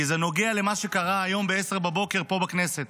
כי זה נוגע למה שקרה היום ב-10:00 פה בכנסת.